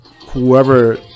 whoever